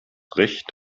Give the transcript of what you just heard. recht